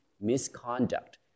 misconduct